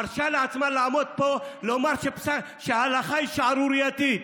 מרשה לעצמה לעמוד פה, לומר שההלכה היא שערורייתית.